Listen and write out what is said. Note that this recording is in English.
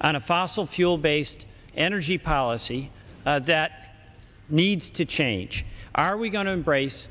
on a fossil fuel based energy policy that needs to change are we going to race